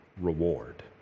reward